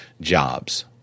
jobs